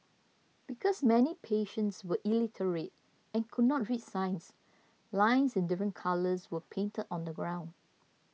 because many patients were illiterate and could not read signs lines in different colours were painted on the ground